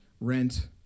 Rent